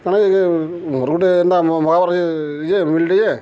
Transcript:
ମାନେ ଗୁଟେ ଯେନ୍ତା ମଗାବାର୍ ଅଛେ ଯେ ମିଲ୍ଟେ